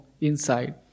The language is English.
inside